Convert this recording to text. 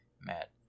Matt